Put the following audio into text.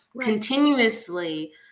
continuously